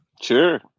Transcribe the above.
Sure